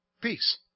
Peace